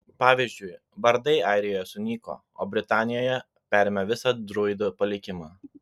pavyzdžiui bardai airijoje sunyko o britanijoje perėmė visą druidų palikimą